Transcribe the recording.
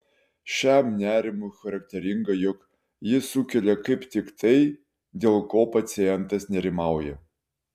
šiam nerimui charakteringa jog jis sukelia kaip tik tai dėl ko pacientas nerimauja